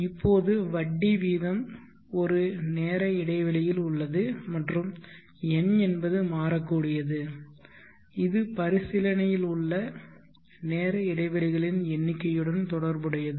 இப்போது வட்டி வீதம் ஒரு நேர இடைவெளியில் உள்ளது மற்றும் n என்பது மாறக்கூடியது இது பரிசீலனையில் உள்ள நேர இடைவெளிகளின் எண்ணிக்கையுடன் தொடர்புடையது